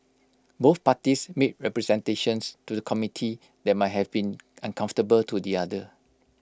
both parties made representations to the committee that might have been uncomfortable to the other